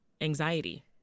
anxiety